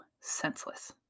senseless